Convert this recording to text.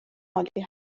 عالی